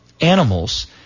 animals